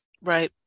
Right